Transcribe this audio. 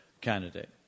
candidate